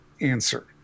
answer